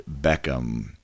Beckham